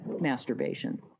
masturbation